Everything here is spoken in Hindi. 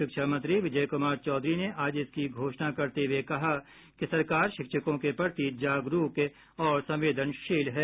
शिक्षा मंत्री विजय कुमार चौधरी ने आज इसकी घोषणा करते हुए कहा कि सरकार शिक्षकों के प्रति जागरूक और संवेदनशील है